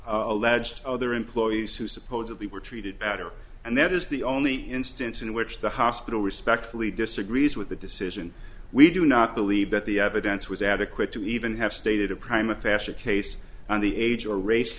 alleged other employees who supposedly were treated better and that is the only instance in which the hospital respectfully disagrees with the decision we do not believe that the evidence was adequate to even have stated a prime a faster case on the age or race